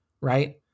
Right